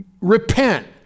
repent